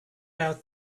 out